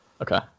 okay